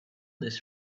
this